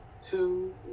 two